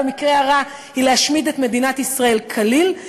ובמקרה הרע להשמיד את מדינת ישראל כליל.